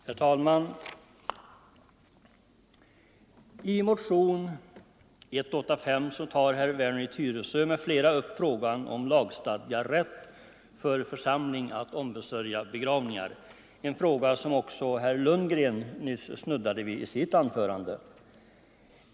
Herr talman! I motionen 185 tar herr Werner i Tyresö m.fl. upp frågan om lagstadgad rätt för församling att ombesörja begravningar, en fråga som också herr Lundgren nyss snuddade vid i sitt anförande.